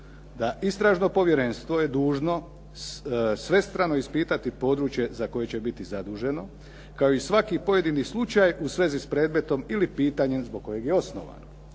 da istražno povjerenstvo je dužno svestrano ispitati područje za koje će biti zaduženo, kao i svaki pojedini slučaj u svezi s predmetnom ili pitanjem zbog kojeg je osnovano.